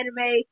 anime